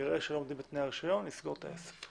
יראה שלא עומדים בתנאי הרישיון, יסגור את המקום.